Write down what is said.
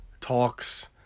talks